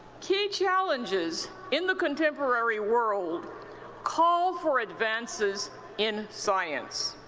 key challenges in the contemporary world call for advances in science.